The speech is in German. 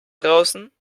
draußen